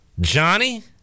Johnny